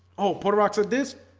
oh porter rocks at this